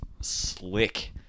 slick